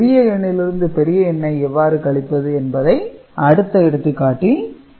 சிறிய எண்ணில் இருந்து பெரிய எண்ணை எவ்வாறு கழிப்பது என்பதை அடுத்த எடுத்துக்காட்டில் பார்க்கலாம்